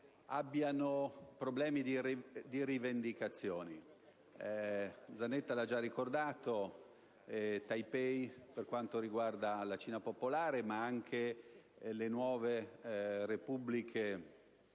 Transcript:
abbiano problemi di rivendicazioni. Il senatore Zanetta l'ha già ricordato: Taipei, per quanto riguarda la Cina popolare, ma anche le nuove Repubbliche